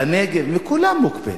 בנגב, אצל כולם מוקפאת.